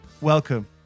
welcome